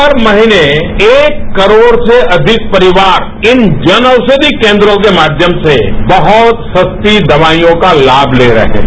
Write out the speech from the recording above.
हर महीने एक करोड़ से अधिक परिवार इन जन औषषि केन्द्रों के माध्यम से बहुत सस्ती दवाईयों का लाम ते रहे हैं